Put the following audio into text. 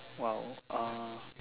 !wow! uh